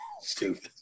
Stupid